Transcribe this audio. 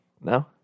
No